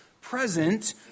present